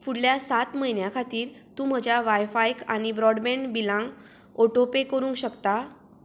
फुडल्या सात म्हयन्यां खातीर तूं म्हज्या वायफायक आनी ब्रॉडबँड बिलांक ऑटोपे करूंक शकता